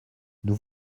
nous